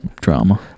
Drama